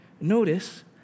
Notice